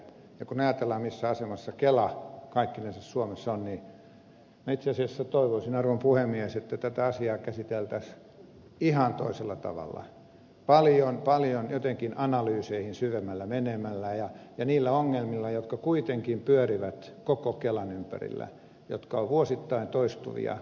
ja kun ajatellaan missä asemassa kela kaikkinensa suomessa on minä itse asiassa toivoisin arvon puhemies että tätä asiaa käsiteltäisiin ihan toisella tavalla paljon paljon jotenkin analyyseihin syvemmälle menemällä ja käsittelemällä niitä ongelmia jotka kuitenkin pyörivät koko kelan ympärillä jotka ovat vuosittain toistuvia